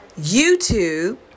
YouTube